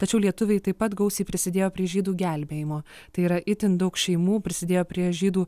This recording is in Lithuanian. tačiau lietuviai taip pat gausiai prisidėjo prie žydų gelbėjimo tai yra itin daug šeimų prisidėjo prie žydų